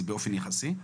זה באופן יחסי?